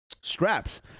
straps